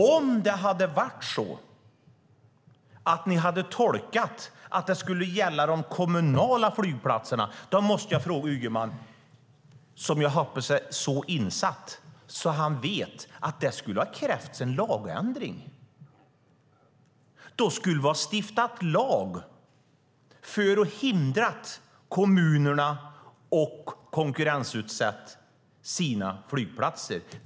Om ni hade tolkat det så att det skulle gälla de kommunala flygplatserna måste jag säga till Ygeman, och jag hoppas att han är så insatt att han vet det, att det skulle ha krävts en lagändring. Då skulle vi ha stiftat lag för att förhindra kommunerna att konkurrensutsätta sina flygplatser.